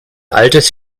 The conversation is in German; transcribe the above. altes